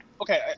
Okay